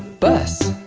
bus